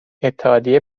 اتحادیه